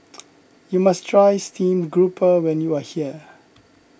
you must try Steamed Grouper when you are here